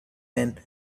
men